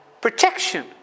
protection